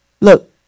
look